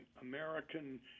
American